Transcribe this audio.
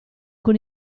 con